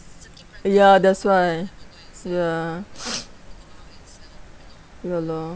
ya that's why ya ya lor